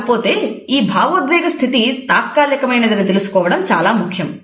కాకపోతే ఈ భావోద్వేగ స్థితి తాత్కాలికమైనదని తెలుసుకోవడం చాలా ముఖ్యం